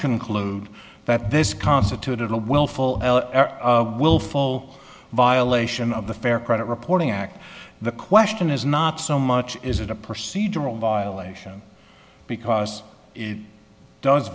conclude that this constituted a willful willful violation of the fair credit reporting act the question is not so much is it a procedural violation because it does